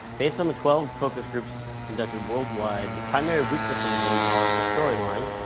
based on the twelve focus groups conducted worldwide, the primary weakness of the game are the story line,